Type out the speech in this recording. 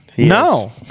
No